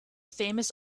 famous